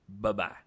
Bye-bye